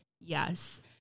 yes